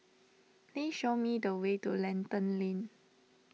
please show me the way to Lentor Lane